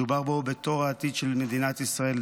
מדובר פה בדור העתיד של מדינת ישראל,